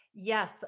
Yes